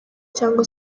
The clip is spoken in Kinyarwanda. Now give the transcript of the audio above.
cyangwa